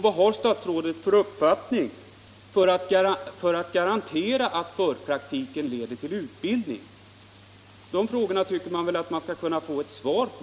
Vad har statsrådet för uppfattning om kravet på garanti för att förpraktiken leder till utbildning? De frågorna tycker jag att man skulle kunna få ett svar på.